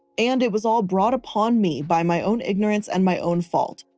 and it was all brought upon me by my own ignorance and my own fault,